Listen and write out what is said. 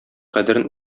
кадерен